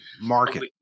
market